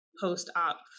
post-op